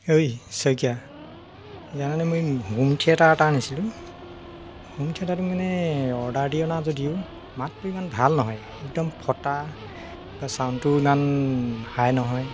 ঐ শইকীয়া জাননে মই হোম থিয়েটাৰ এটা আনিছিলো হোম থিয়েটাৰটো মানে অৰ্ডাৰ দি অনা যদিও মাতটো ইমান ভাল নহয় একদম ফটা তা ছাউণ্ডটোও ইমান হাই নহয়